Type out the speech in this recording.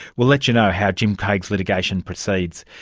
we'll let you know how jim craig's litigation proceeds.